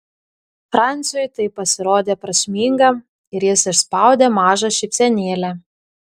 franciui tai pasirodė prasminga ir jis išspaudė mažą šypsenėlę